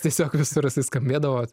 tiesiog visur jisai skambėdavo